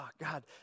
God